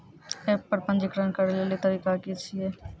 App पर पंजीकरण करै लेली तरीका की छियै?